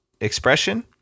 expression